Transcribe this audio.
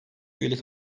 üyelik